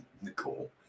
Nicole